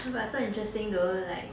!wah! but so interesting though like